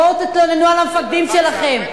בואו תתלוננו על המפקדים שלכם.